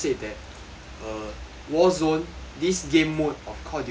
err war zone this game mode of call duty